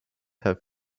have